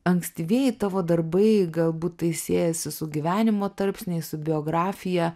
ankstyvieji tavo darbai galbūt tai siejasi su gyvenimo tarpsniais su biografija